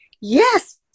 yes